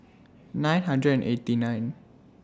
nine hundred and eighty nine